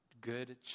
good